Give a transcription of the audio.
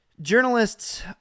journalists